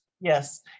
Yes